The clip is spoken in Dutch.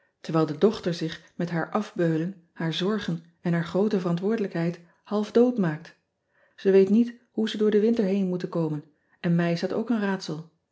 terwijl de dochter zich met haar afbeulen haar zorgen en haar groote verantwoordelijkheid half dood maakt e weet niet hoe ze door den winter heen moeten komen en mij is dat ook een raadsel